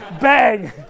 Bang